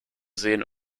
sehen